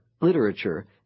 literature